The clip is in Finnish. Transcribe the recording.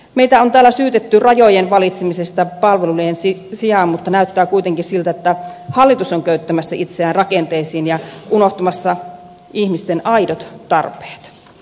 meitä on täällä syytetty rajojen valitsemisesta palvelujen sijaan mutta näyttää kuitenkin siltä että hallitus on köyttämässä itseään rakenteisiin ja unohtamassa ihmisten aidot tarpeet